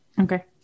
Okay